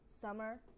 summer